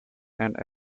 and